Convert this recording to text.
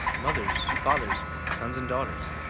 mothers, fathers, sons, and daughters.